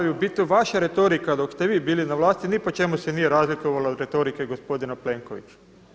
I u biti vaša retorika dok ste vi bili na vlasti ni po čemu se nije razlikovala od retorike gospodina Plenkovića.